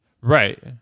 Right